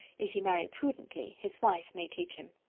if he marry prudently, his wife may teach him.